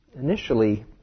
initially